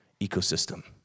ecosystem